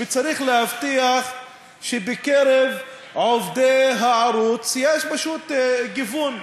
וצריך להבטיח שבקרב עובדי הערוץ יש גיוון,